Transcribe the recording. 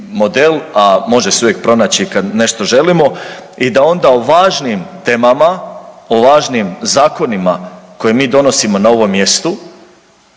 a može se uvijek pronaći kad nešto želimo i da onda o važnim temama, o važnim zakonima koje mi donosimo na ovom mjestu,